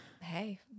Hey